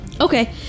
okay